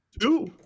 Two